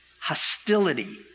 hostility